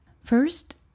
First